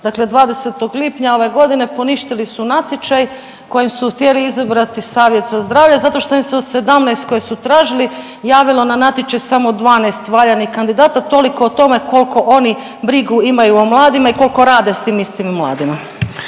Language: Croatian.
Dakle 20. lipnja ove godine poništili su natječaj kojim su htjeli izabrati savjet za zdravlje zato što im se od 17 koje su tražili javilo na natječaj samo 12 valjanih kandidata. Toliko o tome koliko oni brigu imaju o mladima i koliko rade s tim istim mladima.